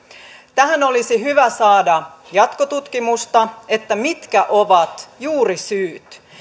tähän olisi hyvä saada jatkotutkimusta että mitkä ovat juurisyyt